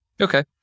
Okay